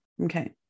Okay